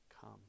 come